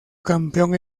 campeón